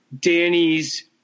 Danny's